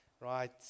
Right